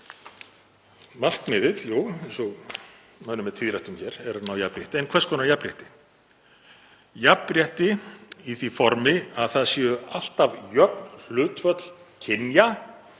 Markmiðið, eins og mönnum verður tíðrætt um hér, er að ná jafnrétti, en hvers konar jafnrétti? Jafnrétti í því formi að það séu alltaf jöfn hlutföll kynja,